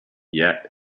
yet